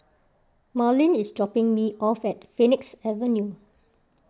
Marlyn is dropping me off at Phoenix Avenue